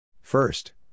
First